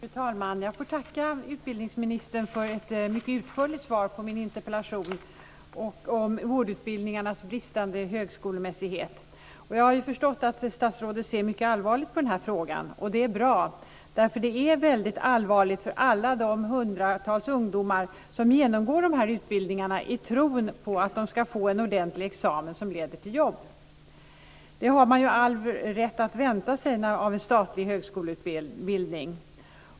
Fru talman! Jag får tacka utbildningsministern för ett mycket utförligt svar på min interpellation om vårdutbildningarnas bristande högskolemässighet. Jag har förstått att statsrådet ser mycket allvarligt på den här frågan, och det är bra. Detta är nämligen väldigt allvarligt för alla de hundratals ungdomar som genomgår de här utbildningarna i tron att de ska få en ordentlig examen som leder till jobb. Det har man ju all rätt att vänta sig av en statlig högskoleutbildning.